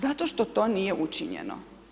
Zato što to nije učinjeno.